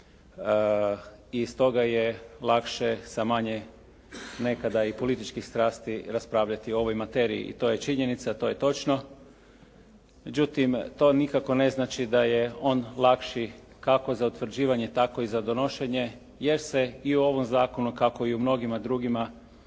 i stoga je lakše sa manje, nekada i političkih strasti raspravljati o ovoj materiji i to je činjenica, to je točno. Međutim, to nikako ne znači da je on lakši, kako za utvrđivanje, tako i za donošenje jer se i u ovom zakonu kako i u mnogima drugima